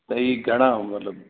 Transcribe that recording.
त हीअ घणा मतिलबु